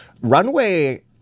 Runway